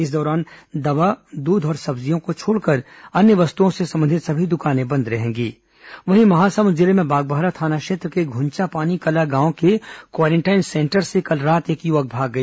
इस दौरान दवा दूध और सब्जियों को छोड़कर अन्य वस्तुओं से संबंधित सभी दुकानें बंद रहेंगी वहीं महासमुंद जिले में बागबाहरा थाना क्षेत्र के घुंचापानी कला गांव के क्वारेंटाइन सेंटर से कल रात एक युवक भाग गया